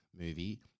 movie